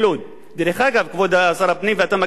דרך אגב, כבוד שר הפנים, ואתה מכיר את העובדות,